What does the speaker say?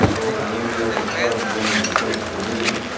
or at any other time during the course of the meeting.